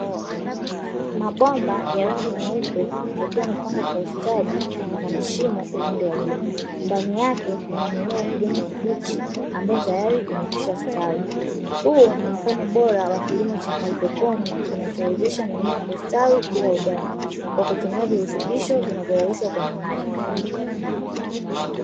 Mabomba ya rangi nyeupe yakiwa yamepangwa kwa ustadi na mashimo kwa upande wa juu, ndani yake kuna mimea ya kijani kibichi ambayo tayari yamekwisha stawi. Huu ni mfano bora wa kilimo cha hydroponi kinachowezesha mimea kustawi bila udongo, kwa kutumia virutubisho vinavyoyeyushwa kwenye maji.